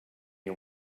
you